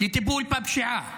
לטיפול בפשיעה,